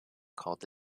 called